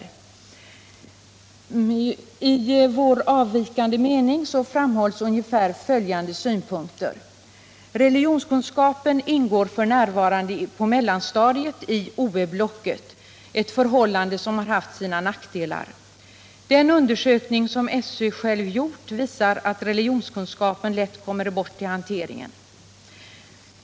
I det avsnitt som innehåller vår avvikande mening framhålls ungefär följande synpunkter: Religionskunskapen ingår f. n. på mellanstadiet i OÄ-blocket — ett förhållande som haft sina nackdelar. Den undersökning som SÖ själv gjort visar att religionskunskapen lätt kommer bort i hanteringen.